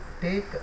take